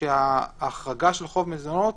שההחרגה של חוק מזונות